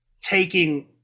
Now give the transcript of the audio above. taking